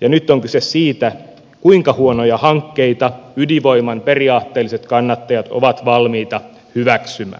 ja nyt on kyse siitä kuinka huonoja hankkeita ydinvoiman periaatteelliset kannattajat ovat valmiita hyväksymään